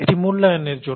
এটি মূল্যায়নের জন্য